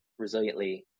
resiliently